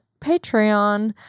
Patreon